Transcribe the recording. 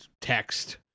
text